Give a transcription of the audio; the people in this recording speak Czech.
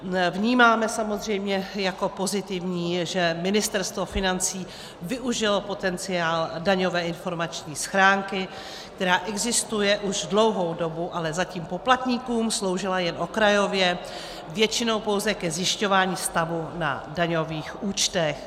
Vnímáme samozřejmě jako pozitivní, že Ministerstvo financí využilo potenciál daňové informační schránky, která existuje už dlouhou dobu, ale zatím poplatníkům sloužila jen okrajově, většinou pouze ke zjišťování stavu na daňových účtech.